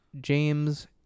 James